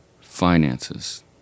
finances